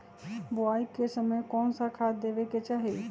बोआई के समय कौन खाद देवे के चाही?